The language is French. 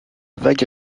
vague